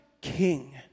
king